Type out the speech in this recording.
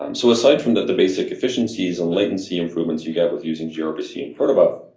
um so aside from that, the basic efficiencies and latency improvements you got with using grpc and protobuf.